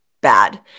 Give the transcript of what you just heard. bad